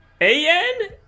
A-N